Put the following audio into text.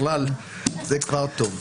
זה כבר טוב.